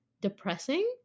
depressing